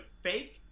fake